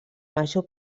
major